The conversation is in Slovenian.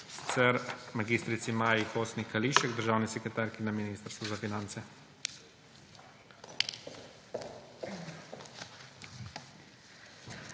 Hvala